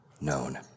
known